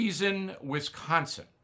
Wisconsin